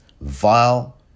vile